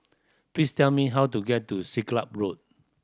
please tell me how to get to Siglap Road